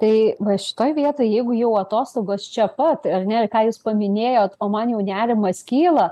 tai va šitoj vietoj jeigu jau atostogos čia pat ar ne ir ką jūs paminėjot o man jau nerimas kyla